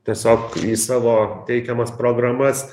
tiesiog į savo teikiamas programas